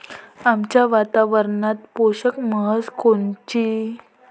आमच्या वातावरनात पोषक म्हस कोनची?